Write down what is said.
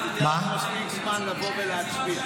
אז יהיה לכם מספיק זמן לבוא ולהצביע.